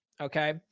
Okay